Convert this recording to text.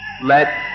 Let